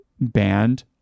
band